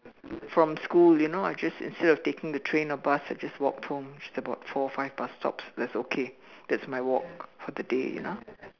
from school you know I just instead of taking the train or bus I just walked home it's about four five bus stops that's okay that's my walk for the day you know